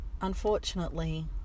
unfortunately